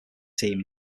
team